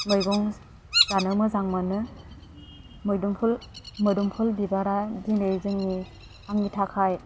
मैगं जानो मोजां मोनो मैदुमफुल मोदोमफुल बिबारा दिनै जोंनि आंनि थाखाय